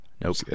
Nope